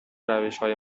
روشهای